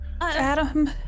Adam